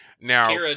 Now